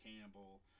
Campbell